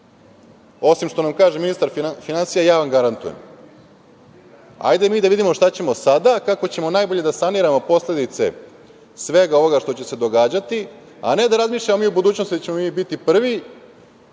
osim što nam kaže ministar finansija – ja vam garantujem? Hajde mi da vidimo šta ćemo sada, kako ćemo najbolje da saniramo posledice svega ovoga što će se događati, a ne da razmišljamo mi o budućnosti, da ćemo mi biti prvi,